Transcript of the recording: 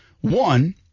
One